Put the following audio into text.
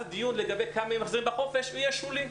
הדיון לגבי כמה ימים מחזירים בחופש יהיה שולי.